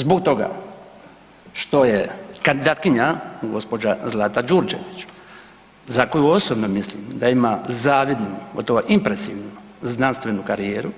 Zbog toga što je kandidatkinja, gđa. Zlata Đurđević za koju osobno mislim da ima zavidnu, gotovo impresivnu znanstvenu karijeru,